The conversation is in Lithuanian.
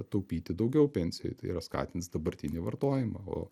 taupyti daugiau pensijai tai yra skatins dabartinį vartojimą o